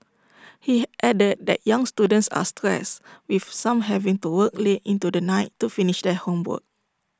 he added that young students are stressed with some having to work late into the night to finish their homework